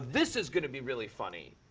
this is going to be really funny!